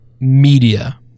media